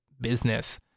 business